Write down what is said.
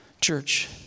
Church